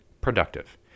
productive